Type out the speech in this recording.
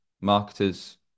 marketers